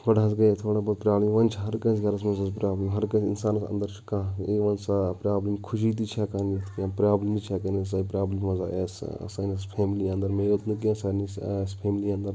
گُۄڈٕ حظ گٔیے تھوڑا بِہُت پرابلِم وۄنۍ چھِ ہَر کٲنٛسہِ گَرَس منٛز حظ پرابلِم ہَر کٲنٛسہِ اِنسانَس اَنٛدَر چھِ کانٛہہ ایمان صاف پرابلِم خوشِی تہِ چھِ ہِؠکان یِتھ کِینٛہہ پرابلِم تہِ چھِ ہِؠکان یِتھ پرابلِم ٲس سٲنِس فیملِی اَنٛدَر مےٚ یوت نہٕ کِینٛہہ سٲنِس فیملِی اَنٛدَر